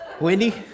Wendy